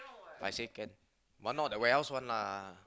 I say can but not the warehouse one lah